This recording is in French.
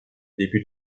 début